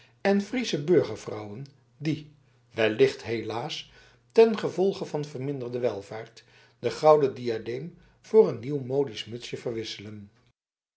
en friesche burgervrouwtjes die wellicht helaas ten gevolge van verminderde welvaart den gouden diadeem voor een nieuwmodisch mutsje verwisselen